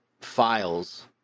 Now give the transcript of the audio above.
files